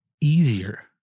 easier